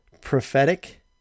prophetic